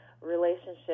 relationship